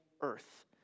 earth